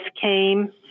came